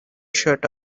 shut